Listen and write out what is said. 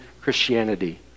Christianity